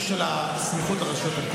לא, מה יש להסביר?